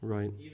Right